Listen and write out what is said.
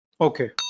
Okay